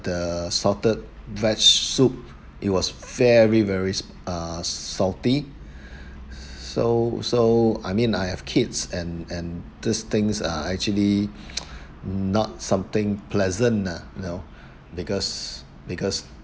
the salted veg~ soup it was very very ah salty so so I mean I have kids and and this things are actually not something pleasant ah know because because